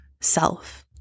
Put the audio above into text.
self